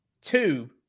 Two